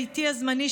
ביתי הזמני,